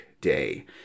Day